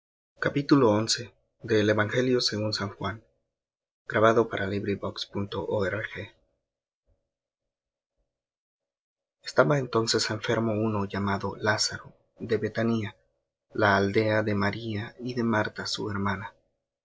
estaba entonces enfermo uno lázaro de bethania la aldea de maría y de marta su hermana